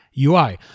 ui